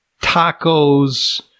tacos